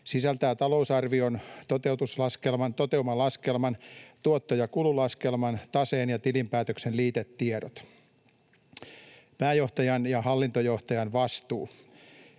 sisältää talousarvion toteutumalaskelman, tuotto- ja kululaskelman, taseen ja tilinpäätöksen liitetiedot. Pääjohtajan ja hallintojohtajan vastuu: